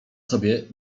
sobie